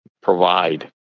provide